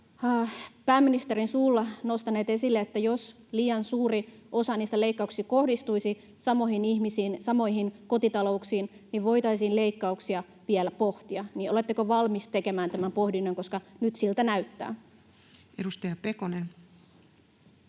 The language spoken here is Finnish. pääministerin suulla nostaneet esille, että jos liian suuri osa niistä leikkauksista kohdistuisi samoihin ihmisiin, samoihin kotitalouksiin, niin voitaisiin leikkauksia vielä pohtia: oletteko valmis tekemään tämän pohdinnan, koska nyt siltä näyttää? [Speech